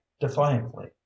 defiantly